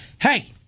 Hey